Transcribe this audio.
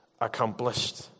accomplished